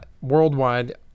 Worldwide